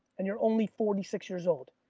and you're only forty six years old.